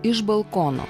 iš balkono